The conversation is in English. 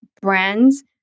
brands